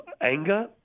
anger